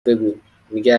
بگو، میگه